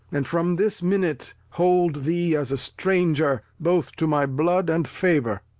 and from this minute hold thee as a stranger, both to my blood and favour.